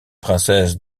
princesse